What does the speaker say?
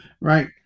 Right